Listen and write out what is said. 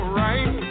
right